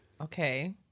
Okay